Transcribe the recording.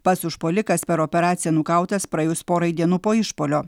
pats užpuolikas per operaciją nukautas praėjus porai dienų po išpuolio